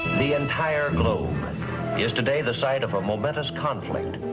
the entire globe is today the site of a momentous conflict.